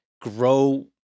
grow